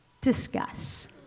Discuss